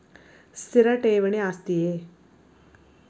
ಸ್ಥಿರ ಠೇವಣಿ ಆಸ್ತಿಯೇ?